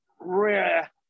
rare